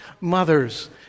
mothers